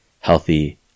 healthy